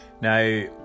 Now